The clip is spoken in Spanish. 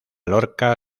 lorca